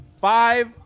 five